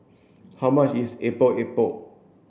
how much is Epok Epok